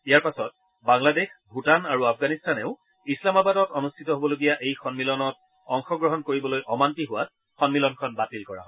ইয়াৰ পাছত বাংলাদেশ ভূটান আৰু আফগানিস্তানেও ইছলামাবাদত অনুষ্ঠিত হ'বলগীয়া এই সন্মিলনত অংশগ্ৰহণ কৰিবলৈ অমান্তি হোৱাত সম্মিলনখন বাতিল কৰা হয়